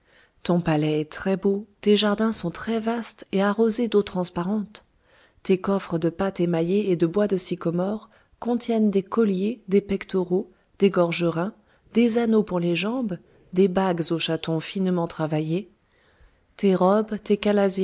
ton palais est très-beau tes jardins sont très vastes et arrosés d'eaux transparentes tes coffres de pâte émaillée et de bois de sycomore contiennent des colliers des pectoraux des gorgerins des anneaux pour les jambes des bagues aux chatons finement travaillés tes robes